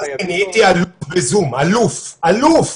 נהייתי אלוף בזום, אלוף, אלוף.